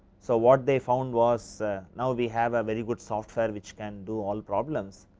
so, what they found was now, we have very good software which can do all problems.